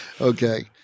okay